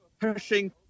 pushing